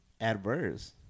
Adverse